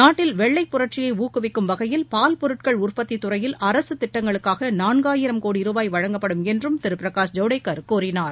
நாட்டில் வெள்ளை புரட்சியை ஊக்குவிக்கும் வகையில் பால் பொருட்கள் உற்பத்தி துறையில் அரசு திட்டங்களுக்காக நான்காயிரம் கோடி ரூபாய் வழங்கப்படும் என்றும் திரு பிரகாஷ் ஜவடேகர் கூறினார்